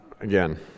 again